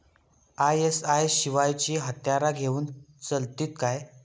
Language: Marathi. आय.एस.आय शिवायची हत्यारा घेऊन चलतीत काय?